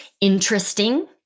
interesting